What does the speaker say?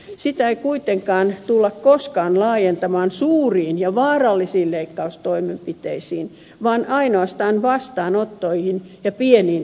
sitä ei kuitenkaan tulla koskaan laajentamaan suuriin ja vaarallisiin leikkaustoimenpiteisiin vaan ainoastaan vastaanottoihin ja pieniin toimenpiteisiin